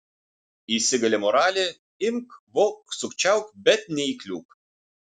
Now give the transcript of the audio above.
įsigali moralė imk vok sukčiauk bet neįkliūk